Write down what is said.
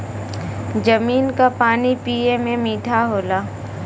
जमीन क पानी पिए में मीठा होला